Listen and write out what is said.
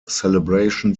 celebration